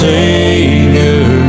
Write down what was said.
Savior